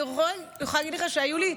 אני יכולה להגיד לך שהיו לי,